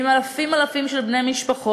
עם אלפים-אלפים של בני משפחה.